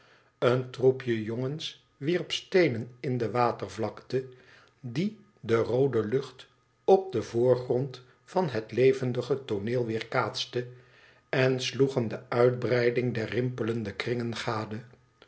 een troepje jongens wierp steenen in de watervlakte die de roode lucht op den voorgrond van het levendige tooneel weerkaatste en sloegen de uitbreiding der rimpelende kringen gade